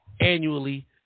annually